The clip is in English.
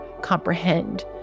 comprehend